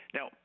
Now